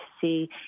see